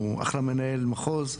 הוא אחלה מנהל מחוז,